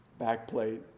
backplate